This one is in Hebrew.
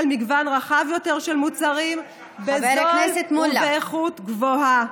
מגוון רחב של מוצרים בזול ובאיכות גבוהה.